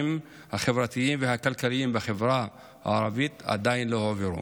החברתיים והכלכליים בחברה הערבית עדיין לא הועברו.